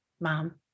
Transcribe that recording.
mom